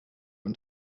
und